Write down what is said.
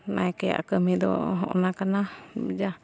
ᱱᱟᱭᱠᱮᱭᱟᱜ ᱠᱟᱹᱢᱤ ᱫᱚ ᱚᱱᱟ ᱠᱟᱱᱟ